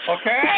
Okay